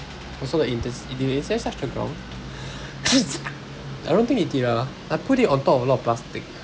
oh so like the did the incense touch the ground I don't think it did ah I put it on top of a lot of plastic